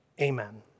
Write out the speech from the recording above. Amen